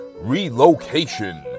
relocation